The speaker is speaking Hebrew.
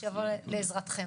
שיבוא לעזרכם.